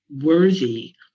worthy